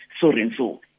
so-and-so